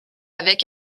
avec